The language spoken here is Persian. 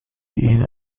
این